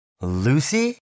Lucy